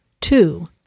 Two